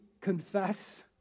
confess